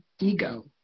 ego